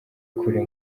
kure